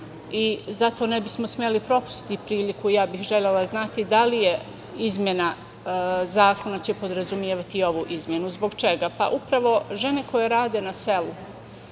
i zato ne bismo smeli propustiti priliku. Ja bih želela znati da li će izmena zakona podrazumevati ovu izmenu? Zbog čega? Pa, upravo žene koje rade na selu